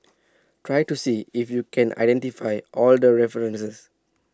try to see if you can identify all the references